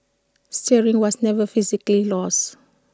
steering was never physically lost